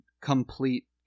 complete